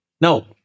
No